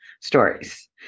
stories